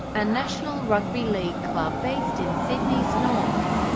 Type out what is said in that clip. a national rugby league club based in sydney's north.